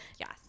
Yes